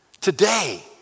Today